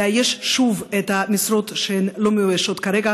לאייש שוב את המשרות שלא מאוישות כרגע